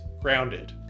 grounded